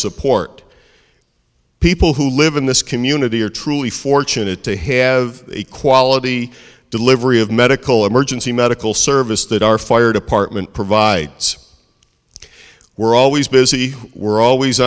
support people who live in this community are truly fortunate to have a quality delivery of medical emergency medical services that our fire department provides we're always busy we're always